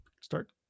Start